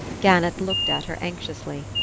gannett looked at her anxiously.